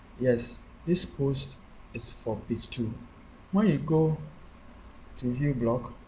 yes this post is for page two when you go to view blog,